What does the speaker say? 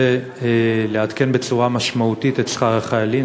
לעדכן בצורה משמעותית את שכר החיילים?